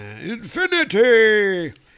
Infinity